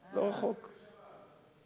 לא רחוק, העיקר שזה בשבת.